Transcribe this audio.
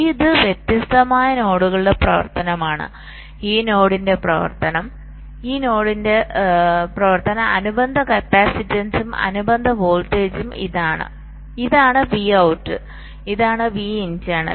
ഇത് വ്യത്യസ്ത നോഡുകളുടെ പ്രവർത്തനമാണ് ഈ നോഡിന്റെ പ്രവർത്തനം ഈ നോഡിന്റെ പ്രവർത്തനം അനുബന്ധ കപ്പാസിറ്റൻസും അനുബന്ധ വോൾട്ടേജും ഇതാണ് Vout ഇതാണ് വിഇന്റർണൽ